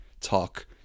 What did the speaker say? talk